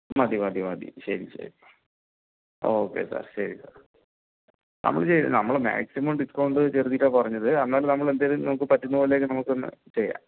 മതി മതി മതി ശരി ശരി ശരി ഒക്കെ സർ ശരി സർ നമ്മൾ ചെയ്ത് തരും നമ്മൾ മാക്സിമം ഡീസ്കൌണ്ട് ചെയ്ത് തരാമെന്നാണ് പറഞ്ഞത് എന്നാലും നമ്മൾ എന്തെങ്കിലും നമുക്ക് പറ്റുന്നപോലെയൊക്കെ നമുക്കൊന്ന് ചെയ്യാം